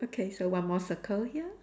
okay so one more circle here